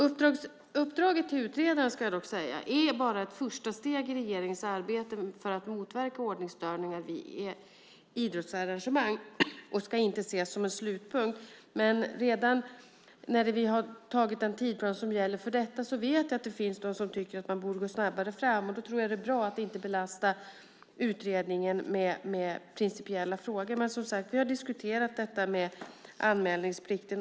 Uppdraget till utredaren är dock bara ett första steg i regeringens arbete för att motverka ordningsstörningar vid idrottsarrangemang och ska inte ses som en slutpunkt. Jag vet dock att redan den nu angivna tidpunkten ses som otillräcklig och att det finns de som tycker att vi borde gå fram snabbare. Därför tror jag att det är bra att inte belasta utredningen med principiella frågor. Men, som sagt, vi har även diskuterat frågan om anmälningsplikt.